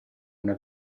una